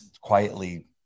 quietly